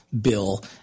bill